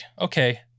okay